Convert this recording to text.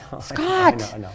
Scott